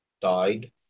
died